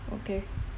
okay